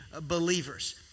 believers